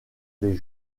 des